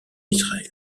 israël